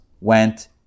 went